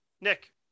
Nick